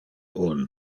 uno